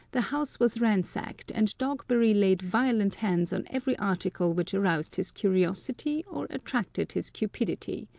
the house was ransacked, and dogberry laid violent hands on every article which aroused his curiosity or attracted his cupidity.